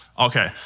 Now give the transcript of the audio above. Okay